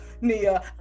Nia